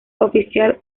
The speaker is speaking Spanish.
oficial